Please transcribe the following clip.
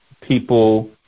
people